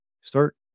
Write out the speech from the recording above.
start